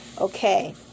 Okay